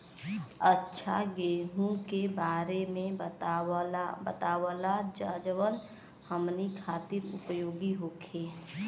अच्छा गेहूँ के बारे में बतावल जाजवन हमनी ख़ातिर उपयोगी होखे?